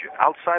outside